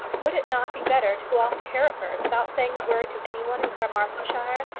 would it not be better to go off to hereford, without saying a word to any one in carmarthenshire,